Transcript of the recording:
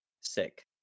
sick